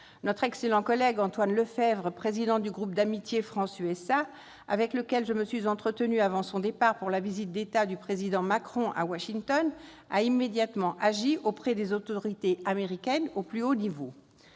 Notre excellent collègue Antoine Lefèvre, président du groupe d'amitié France-États-Unis du Sénat, avec lequel je me suis entretenue avant son départ pour accompagner la visite d'État du président Macron à Washington, a immédiatement agi auprès des autorités américaines au plus haut niveau.